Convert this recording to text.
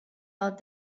out